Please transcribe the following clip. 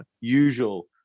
usual